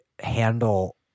handle